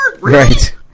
right